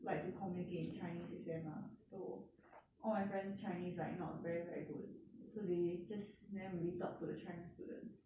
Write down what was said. like to communicate in chinese with them lah so all my friends chinese like not very very good so they just never really talk to the china students